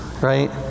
right